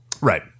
right